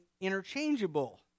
interchangeable